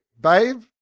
Babe